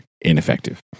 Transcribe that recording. ineffective